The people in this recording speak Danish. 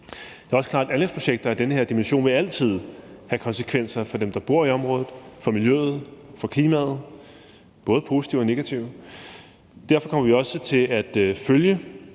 Det er også klart, at anlægsprojekter af den her dimension altid vil have konsekvenser for dem, der bor i området, for miljøet og for klimaet, både positive og negative, og derfor kommer vi også til at følge